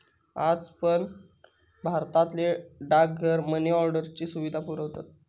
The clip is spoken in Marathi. आज पण भारतातले डाकघर मनी ऑर्डरची सुविधा पुरवतत